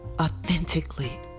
authentically